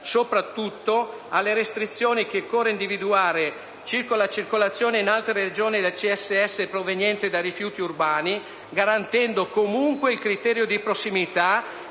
soprattutto, alle restrizioni che occorre individuare circa la circolazione in altre Regioni del CSS proveniente da rifiuti urbani, garantendo comunque il criterio di prossimità